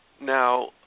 Now